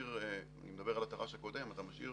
אני מדבר על התר"ש הקודם ואתה משאיר